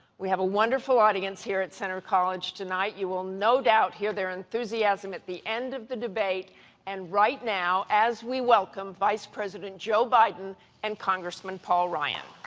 we have a wonderful audience here at centre college tonight. you will no doubt hear their enthusiasm at the end of the debate and right now as we welcome vice president biden and congressman paul ryan.